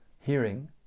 hearing